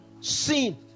Sin